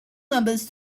numbers